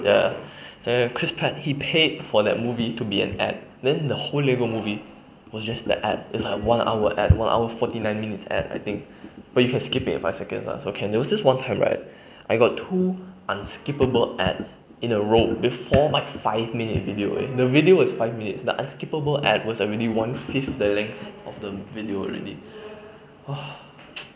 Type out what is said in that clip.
ya then chris pratt he paid for that movie to be an ad then the whole lego movie was just the ad it's like one hour ad one hour fourty nine minutes ad I think but you can skip it in five seconds ah so can there was just one time right I got two unskippable ads in a row before my five minutes video eh the video was five minutes the unskippable ads was already one fifth the length of the video already !wah!